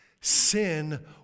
Sin